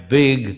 big